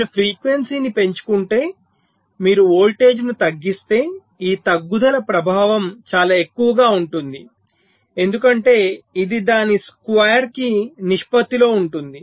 మీరు ఫ్రీక్వెన్సీని పెంచుకుంటే మీరు వోల్టేజ్ను తగ్గిస్తే ఈ తగ్గుదల ప్రభావం చాలా ఎక్కువగా ఉంటుంది ఎందుకంటే ఇది దాని స్క్వేర్ కి నిష్పత్తిలో ఉంటుంది